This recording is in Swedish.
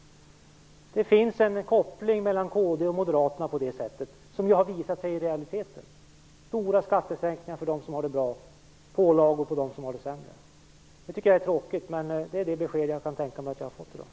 Det finns en koppling mellan kd och Moderaterna på det sättet. Den har visat sig i realiteten, genom stora skattesänkningar för dem som har det bra och pålagor för dem som har det sämre. Det tycker jag är tråkigt. Men det är det besked som jag kan tänka mig att jag har fått i dag.